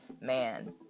man